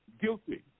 guilty